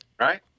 Right